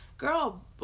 girl